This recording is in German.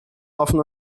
offen